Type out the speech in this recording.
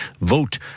vote